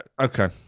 Okay